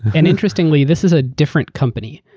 and interestingly, this is a different company.